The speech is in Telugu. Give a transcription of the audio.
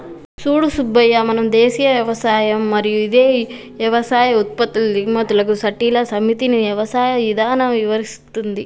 సూడు సూబ్బయ్య మన దేసీయ యవసాయం మరియు ఇదే యవసాయ ఉత్పత్తుల దిగుమతులకు సట్టిల సమితిని యవసాయ ఇధానం ఇవరిస్తుంది